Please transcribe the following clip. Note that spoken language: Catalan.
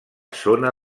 zona